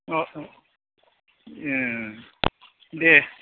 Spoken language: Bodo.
ओं ओं दे